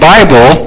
Bible